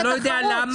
אני לא יודע למה.